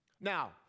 Now